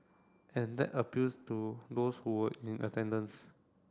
and that appeals to those who were in attendance